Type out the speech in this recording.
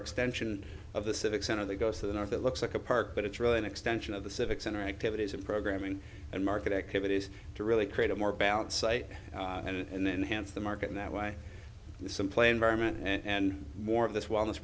extension of the civic center they go to the north it looks like a park but it's really an extension of the civic center activities of programming and market activities to really create a more balanced site and enhanced the market in that way some play environment and more of this wellness